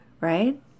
right